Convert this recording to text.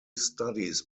studies